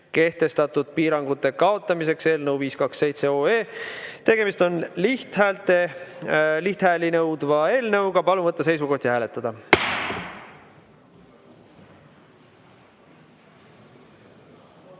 kehtestatud piirangute kaotamiseks" eelnõu 527. Tegemist on lihthääli nõudva eelnõuga. Palun võtta seisukoht ja hääletada!